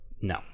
no